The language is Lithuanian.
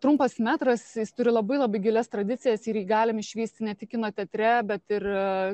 trumpas metras turi labai labai gilias tradicijas ir jį galim išvysti ne tik kino teatre bet ir